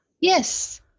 yes